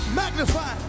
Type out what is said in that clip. magnify